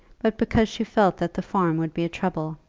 but because she felt that the farm would be a trouble.